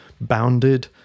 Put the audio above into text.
bounded